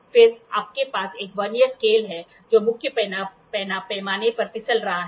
फिर आपके पास एक वर्नियर स्केल है जो मुख्य पैमाने पर फिसल रहा है